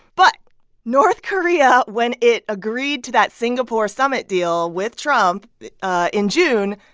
but north korea, when it agreed to that singapore summit deal with trump in june,